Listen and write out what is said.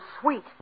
sweet